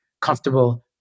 comfortable